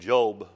Job